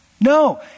No